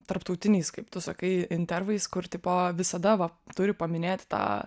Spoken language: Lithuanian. tarptautiniais kaip tu sakai intervais kur tipo visada va turi paminėti tą